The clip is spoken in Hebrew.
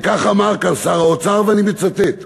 וכך אמר כאן שר האוצר, ואני מצטט: